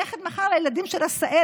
אני הולכת מחר לילדים של עשהאל.